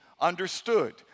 understood